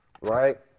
right